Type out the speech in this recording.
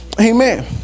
Amen